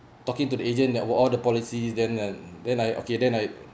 talking to the agent that all the policies then and then I okay then I